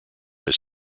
his